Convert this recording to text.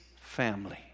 family